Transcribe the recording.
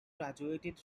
graduated